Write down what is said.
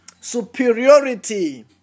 superiority